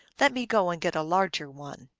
let me go and get a larger one.